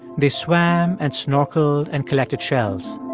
they swam and snorkeled and collected shells